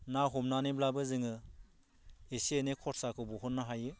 ना हमनानैब्लाबो जोङो एसे एनै खरसाखौ बहननो हायो